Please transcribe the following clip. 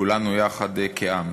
כולנו יחד כעם.